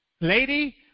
Lady